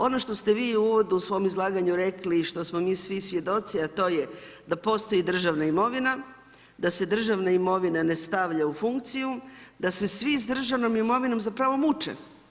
Ono što ste vi u uvodu u svom izlaganju rekli i što smo mi svi svjedoci a to je da postoji državna imovina, da se državna imovina ne stavlja u funkciju, da se svi s državnom imovinom zapravo muče.